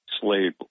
slave